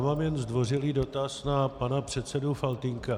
Mám jen zdvořilý dotaz na pana předsedu Faltýnka.